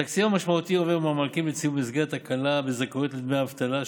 התקציב המשמעותי עובר במענקים לציבור במסגרת הקלה בזכאויות לדמי אבטלה,